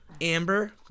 amber